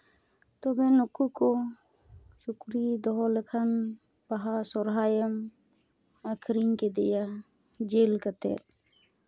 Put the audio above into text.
ᱛᱚᱵᱮ ᱱᱩᱠᱩ ᱠᱚ ᱥᱩᱠᱨᱤ ᱫᱚᱦᱚ ᱞᱮᱠᱷᱟᱱ ᱵᱟᱦᱟ ᱥᱚᱦᱚᱨᱟᱭᱮᱢ ᱟᱹᱠᱷᱨᱤᱧ ᱠᱮᱫᱮᱭᱟ ᱡᱮᱞ ᱠᱟᱛᱮᱫ